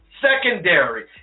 secondary